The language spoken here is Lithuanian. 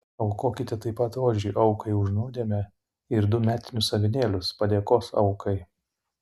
aukokite taip pat ožį aukai už nuodėmę ir du metinius avinėlius padėkos aukai